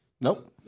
Nope